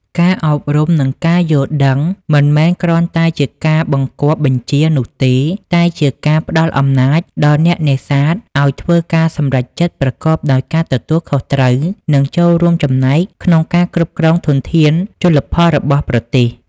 ការអប់រំ និងការយល់ដឹងមិនមែនគ្រាន់តែជាការបង្គាប់បញ្ជានោះទេ តែជាការផ្តល់អំណាចដល់អ្នកនេសាទឲ្យធ្វើការសម្រេចចិត្តប្រកបដោយការទទួលខុសត្រូវ និងចូលរួមចំណែកក្នុងការគ្រប់គ្រងធនធានជលផលរបស់ប្រទេស។